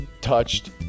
touched